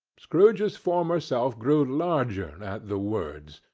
scrooge's former self grew larger at the words,